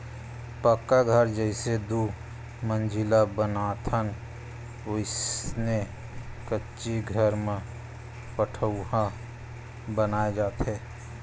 पक्का घर जइसे दू मजिला बनाथन वइसने कच्ची घर म पठउहाँ बनाय जाथे